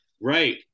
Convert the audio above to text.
Right